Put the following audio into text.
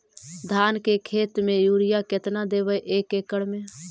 धान के खेत में युरिया केतना देबै एक एकड़ में?